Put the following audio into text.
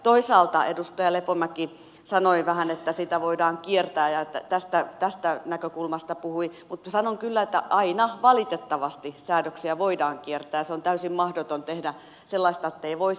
toisaalta edustaja lepomäki sanoi vähän niin että sitä voidaan kiertää ja tästä näkökulmasta puhui mutta sanon kyllä että aina valitettavasti säädöksiä voidaan kiertää on täysin mahdotonta tehdä sellaista ettei voisi